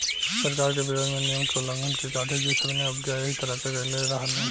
सरकार के विरोध में नियम के उल्लंघन क के गांधीजी सविनय अवज्ञा एही तरह से कईले रहलन